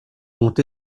ont